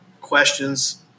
questions